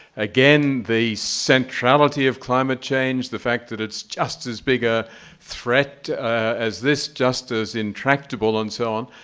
again, the centrality of climate change, the fact that it's just as big a threat as this, just as intractable and so on.